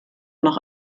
noch